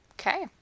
Okay